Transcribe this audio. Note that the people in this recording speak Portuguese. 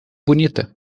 bonita